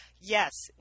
yes